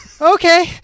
okay